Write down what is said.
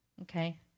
okay